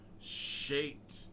shaped